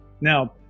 Now